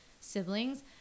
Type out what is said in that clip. siblings